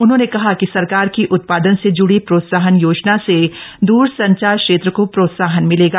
उन्होंने कहा कि सरकार की उत्पादन से ज्ड़ी प्रोत्साहन योजना से द्रसंचार क्षेत्र को प्रोत्साहन मिलेगा